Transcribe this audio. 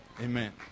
amen